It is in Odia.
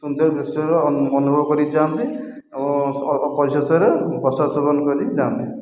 ସୁନ୍ଦର ଦୃଶ୍ୟ ଅନୁଭବ କରିକି ଯାଆନ୍ତି ଆଉ ପରିଶେଷରେ ପ୍ରସାଦ ସେବନ କରି ଯାଆନ୍ତି